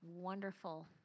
wonderful